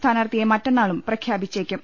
സ്ഥാനാർഥിയെ മറ്റന്നാളും പ്രഖ്യാപിച്ചേക്കും